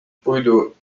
puidu